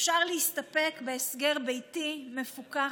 אפשר להסתפק בהסגר ביתי מפוקח,